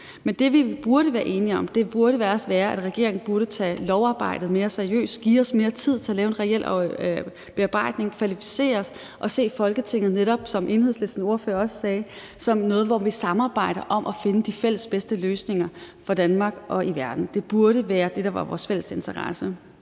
Men det, vi burde være enige om, er, at regeringen burde tage lovarbejdet mere seriøst, give os mere tid til at lave en reel bearbejdning, der er kvalificeret, og netop se Folketinget, som Enhedslistens ordfører også sagde, som et sted, hvor vi samarbejder om at finde de fælles bedste løsninger for Danmark og i verden. Det burde være det, der var vores fælles interesse.